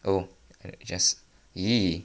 oh I just eh